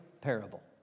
parable